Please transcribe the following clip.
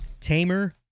Tamer